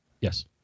Yes